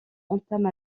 entame